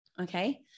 Okay